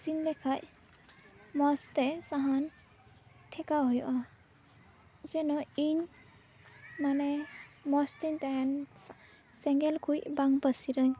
ᱤᱥᱤᱱ ᱞᱮᱠᱷᱟᱡ ᱢᱚᱸᱡᱽ ᱛᱮ ᱥᱟᱦᱟᱱ ᱴᱷᱮᱠᱟᱣ ᱦᱩᱭᱩᱜᱼᱟ ᱡᱮᱱᱚ ᱤᱧ ᱢᱟᱱᱮ ᱢᱚᱡ ᱛᱤᱧ ᱛᱟᱦᱮᱸᱱ ᱥᱮᱸᱜᱮᱞ ᱠᱩᱪ ᱵᱟᱝ ᱯᱟᱹᱥᱤᱨᱟᱹᱧ